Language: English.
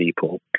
people